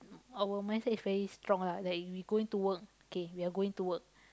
our mindset is very strong lah like we going to work okay we are going to work